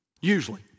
Usually